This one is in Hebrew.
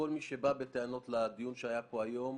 כל מי שבא בטענות לדיון שהיה פה היום,